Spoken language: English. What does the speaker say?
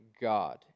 God